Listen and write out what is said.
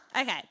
Okay